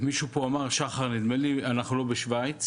מישהו פה אמר, נדמה לי ששחר, שאנחנו לא בשווייץ.